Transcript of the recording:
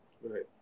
Right